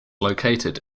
located